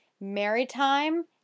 maritime